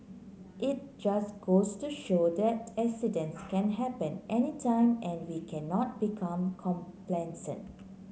it just goes to show that accidents can happen anytime and we cannot become complacent